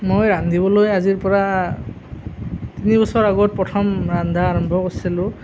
মই ৰান্ধিবলৈ আজিৰ পৰা তিনিবছৰ আগত প্ৰথম ৰন্ধা আৰম্ভ কৰিছিলোঁ